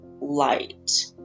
light